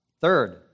Third